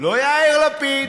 לא יאיר לפיד,